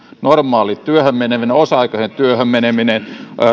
normaali työhön meneminen osa aikaiseen työhön meneminen